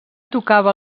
tocava